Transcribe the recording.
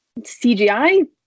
CGI